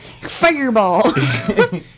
Fireball